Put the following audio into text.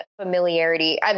familiarity